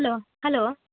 hello hello